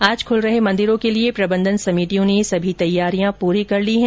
आज खुल रहे मंदिरों के लिए प्रबंधन समितियों ने सभी तैयारियां पूरी कर ली हैं